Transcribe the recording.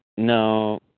No